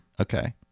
Okay